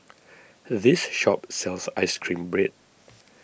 this shop sells Ice Cream Bread